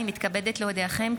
הינני מתכבדת להודיעכם,